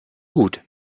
gut